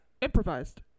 Improvised